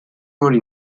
hori